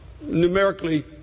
numerically